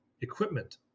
equipment